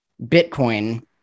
Bitcoin